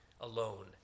alone